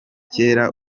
kera